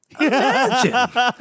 imagine